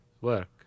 work